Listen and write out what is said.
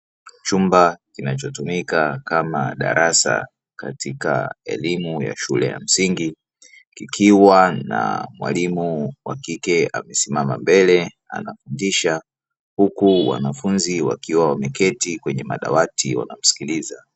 Chumba kinachotumika kama darasa katika elimu ya shule ya msingi, kikiwa na mwalimu wa kike amesimama mbele anafundisha, huku wanafunzi wakiwa wameketi kwenye madawati wanamsikiliza.